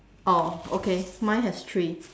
oh okay mine has three